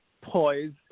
poised